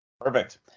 perfect